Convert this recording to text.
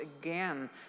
again